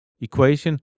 equation